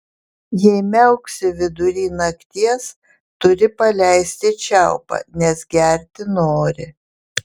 jei miauksi vidury nakties turi paleisti čiaupą nes gerti nori